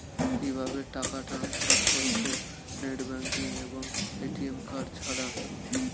কিভাবে টাকা টান্সফার করব নেট ব্যাংকিং এবং এ.টি.এম কার্ড ছাড়া?